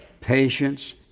patience